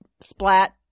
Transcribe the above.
Splat